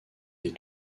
est